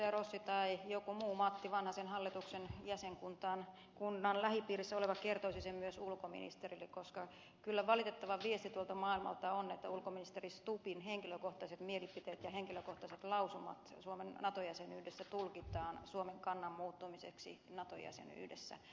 rossi tai joku muu matti vanhasen hallituksen jäsenkunnan lähipiirissä oleva kertoisi sen myös ulkoministerille koska kyllä valitettava viesti tuolta maailmalta on että ulkoministeri stubbin henkilökohtaiset mielipiteet ja henkilökohtaiset lausumat suomen nato jäsenyydestä tulkitaan suomen kannan muuttumiseksi nato jäsenyydessä